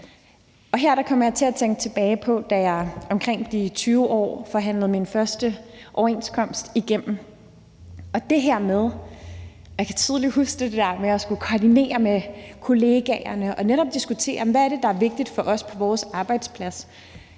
Her kommer jeg til at tænke tilbage på, da jeg var omkring de 20 år og forhandlede min første overenskomst igennem. Og det her med – jeg kan tydelig huske det – at skulle koordinere med kollegaerne og netop diskutere, hvad det er, der er vigtigt for os på vores arbejdsplads